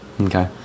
Okay